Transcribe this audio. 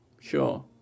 Sure